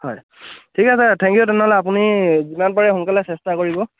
হয় ঠিক আছে থেংক ইউ তেনেহ'লে আপুনি যিমান পাৰে সোনকালে চেষ্টা কৰিব